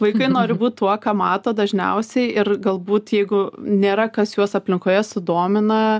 vaikai nori būt tuo ką mato dažniausiai ir galbūt jeigu nėra kas juos aplinkoje sudomina